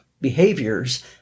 behaviors